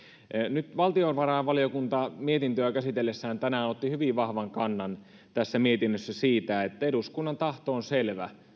nyt valtiovarainvaliokunta mietintöä käsitellessään tänään otti hyvin vahvan kannan tässä mietinnössä siitä että eduskunnan tahto on selvä